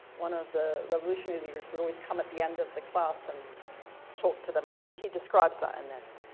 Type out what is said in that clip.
one of the revolutionary leaders would always come at the end of the class and talk to them, and he he describes that in this.